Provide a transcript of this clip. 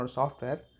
software